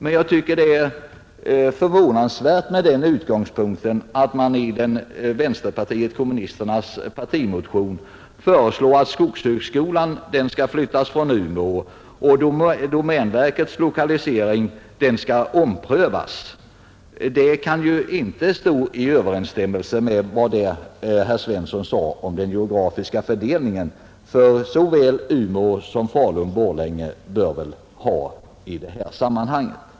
Men jag anser det med den utgångspunkten förvånansvärt att vänsterpartiet kommunisterna i sin partimotion föreslår att skogshögskolan skall flyttas från Umeå och att domänverkets lokalisering skall omprövas, Det kan ju inte stå i överensstämmelse med vad herr Svensson sade om den geografiska fördelningen, för såväl Umeå som Falun— Borlänge bör väl även de få något lokaliseringsobjekt.